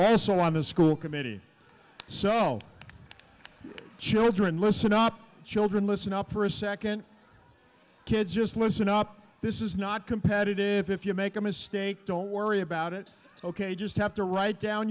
also on the school committee so children listen up children listen up for a second kids just listen up this is not competitive if you make a mistake don't worry about it ok just have to write down